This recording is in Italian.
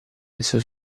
messo